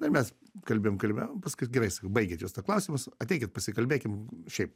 na ir mes kalbėjom kalbėjom paskui gerai sakau baigiat jūs tuos klausimus ateikit pasikalbėkim šiaip